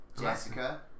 Jessica